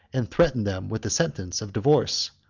and threatened them with a sentence of divorce,